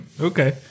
Okay